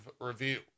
review